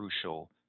crucial